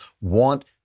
want